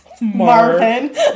Marvin